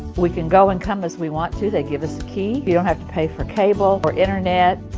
we can go and come as we want to, they give us a key. you don't have to pay for cable, or internet,